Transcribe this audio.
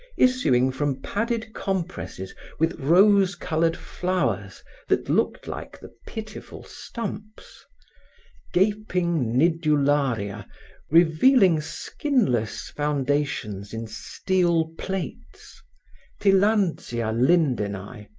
issuing from padded compresses with rose-colored flowers that looked like the pitiful stumps gaping nidularia revealing skinless foundations in steel plates tillandsia lindeni,